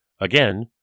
Again